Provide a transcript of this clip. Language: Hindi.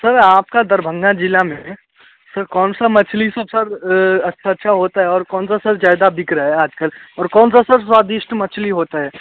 सर आपके दरभंगा ज़िले में सर कौन सा मछली तो सर अच्छा अच्छा होता है और कौन सा सर ज़्यादा बिक रहा है आज कल और कौन सा सर स्वादिष्ट मछली होती है